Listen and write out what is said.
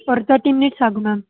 ஒரு thirty minutes ஆகும் ma'am